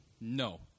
No